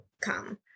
come